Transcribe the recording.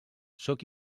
sóc